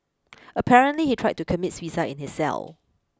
apparently he tried to commit suicide in his cell